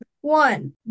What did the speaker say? one